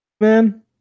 man